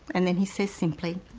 and then he says simply,